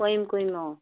কৰিম কৰিম অঁ